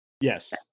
Yes